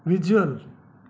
visual